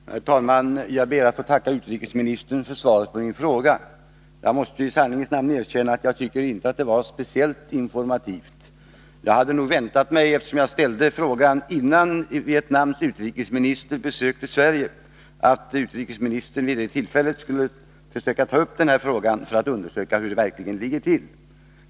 Herr talman! Jag ber att få tacka utrikesministern för svaret på min fråga. Jag måste i sanningens namn erkänna att jag inte tycker att svaret var speciellt informativt. Jag hade nog väntat mig, eftersom jag ställde frågan innan Vietnams utrikesminister besökte Sverige, att utrikesministern vid det tillfället skulle försöka ta upp den här frågan för att undersöka hur det verkligen ligger till.